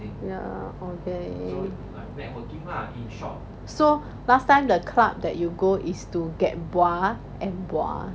ya okay so last time the club you go is to get and